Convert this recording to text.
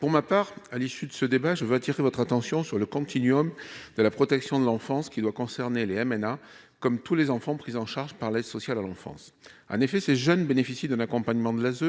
Pour ma part, à l'issue de ce débat, je veux attirer votre attention sur le continuum de la protection de l'enfance, qui doit concerner les MNA, comme tous les enfants pris en charge par l'aide sociale à l'enfance. En effet, ces jeunes bénéficient d'un accompagnement de l'ASE